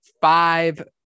five